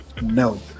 no